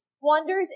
wonders